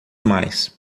mais